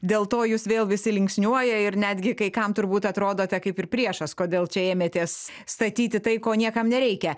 dėl to jus vėl visi linksniuoja ir netgi kai kam turbūt atrodote kaip ir priešas kodėl čia ėmėtės statyti tai ko niekam nereikia